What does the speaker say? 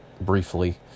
Briefly